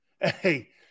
Hey